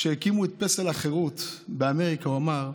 כשהקימו את פסל החירות באמריקה הוא אמר: